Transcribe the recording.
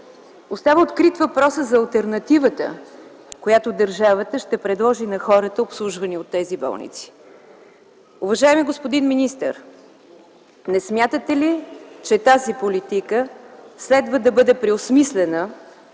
Остава открит въпросът за алтернативата, която държавата ще предложи на хората, обслужвани от тези болници. Уважаеми господин министър, не смятате ли, че тази политика следва да бъде преосмислена